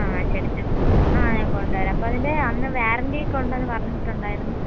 ആ ശരി ശരി ആ ഞാൻ കൊണ്ട് വരാം അപ്പം അതിൻ്റെ അന്ന് വാറണ്ടി ഒക്കെ ഉണ്ടെന്ന് പറഞ്ഞിട്ടുണ്ടായിരുന്നു